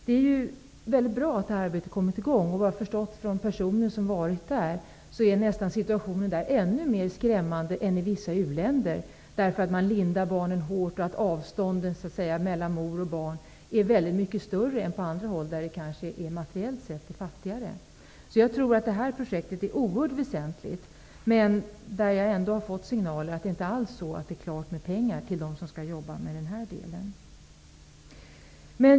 Det är mycket bra att detta arbete har kommit i gång. Av personer som har varit där har jag förstått att situationen där är nästan ännu mer skrämmande än i vissa u-länder, därför att man lindar barnen hårt och att avståndet mellan mor och barn är väldigt mycket större än på andra håll i världen där det materiellt kanske är fattigare. Jag tror därför att detta projekt är oerhört väsentligt. Men jag har fått signaler om att det inte alls är klart med pengar till dem som skall jobba med denna del.